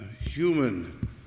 human